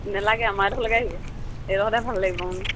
নালাগে আমাৰ এইডোখৰলৈকে আহিব এইডোখৰতে ভাল লাগিব